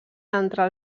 entrar